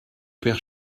père